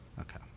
Okay